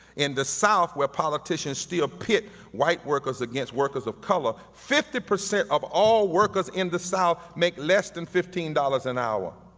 in the south where politicians still ah pit white workers against workers of color, fifty percent of all workers in the south make less than fifteen dollars an hour.